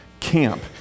camp